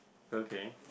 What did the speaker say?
okay